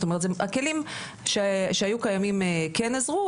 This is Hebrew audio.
זאת אומרת הכלים שהיו קיימים כן עזרו,